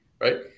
right